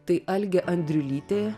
tai algė andriulytė